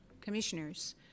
commissioners